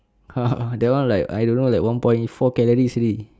ha ha that one like I don't know like one point four calories series